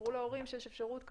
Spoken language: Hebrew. תספרו להורים שיש אפשרות כזאת.